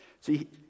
See